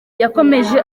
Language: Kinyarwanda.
yakomeje